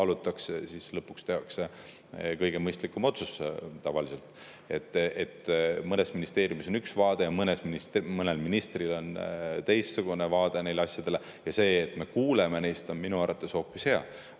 kaalutakse ja siis lõpuks tehakse kõige mõistlikum otsus. Mõnes ministeeriumis on üks vaade ja mõnel ministril on teistsugune vaade neile asjadele. See, et me kuuleme neist, on minu arvates hoopis hea.